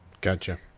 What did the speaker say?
Gotcha